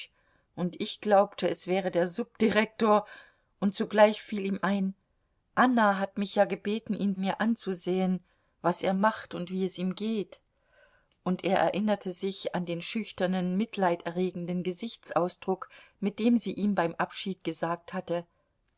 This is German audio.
und ich glaubte es wäre der subdirektor und zugleich fiel ihm ein anna hat mich ja gebeten ihn mir anzusehen was er macht und wie es ihm geht und er erinnerte sich an den schüchternen mitleiderregenden gesichtsausdruck mit dem sie ihm beim abschied gesagt hatte